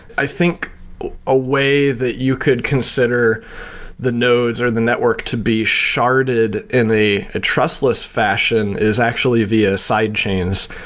i think a way that you could consider the nodes or the network to be sharded in a a trustless fashion is actually via sidechains,